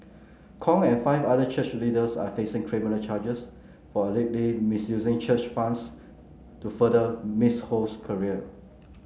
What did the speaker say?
Kong and five other church leaders are facing criminal charges for allegedly misusing church funds to further Miss Ho's career